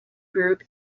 group